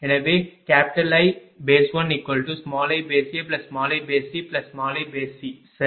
எனவே I1iAiBiC சரி